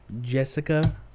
Jessica